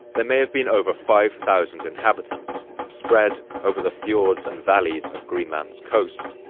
there may have been over five thousand inhabitants spread over the fjords and valleys of greenland's coast.